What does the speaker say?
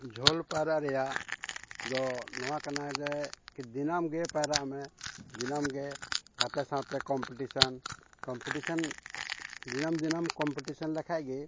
ᱡᱷᱟᱹᱞ ᱯᱟᱭᱨᱟᱜ ᱨᱮᱭᱟᱜ ᱫᱚ ᱱᱚᱣᱟ ᱠᱟᱱᱟ ᱫᱤᱱᱟᱹᱢ ᱜᱮ ᱯᱟᱭᱨᱟᱜ ᱢᱮ ᱫᱤᱱᱟᱹᱢ ᱜᱮ ᱜᱟᱛᱮ ᱥᱟᱶᱛᱮ ᱠᱚᱢᱯᱤᱴᱤᱥᱮᱱ ᱠᱚᱢᱯᱤᱴᱤᱥᱮᱱ ᱫᱤᱱᱟᱹᱢ ᱫᱤᱱᱟᱹᱢ ᱠᱚᱢᱯᱤᱴᱤᱥᱮᱱ ᱞᱮᱠᱷᱟᱱ ᱜᱮ